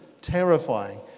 terrifying